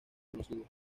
conocidos